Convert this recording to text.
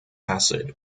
asset